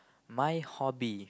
my hobby